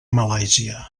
malàisia